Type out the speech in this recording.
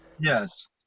Yes